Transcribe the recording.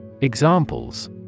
Examples